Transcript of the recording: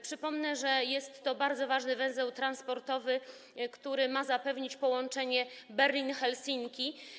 Przypomnę, że jest to bardzo ważny węzeł transportowy, który ma zapewnić połączenie Berlin - Helsinki.